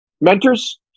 mentors